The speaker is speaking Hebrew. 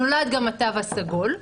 נולד גם התו הסגול.